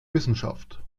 wissenschaft